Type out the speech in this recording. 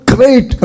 Great